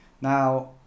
Now